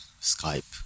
Skype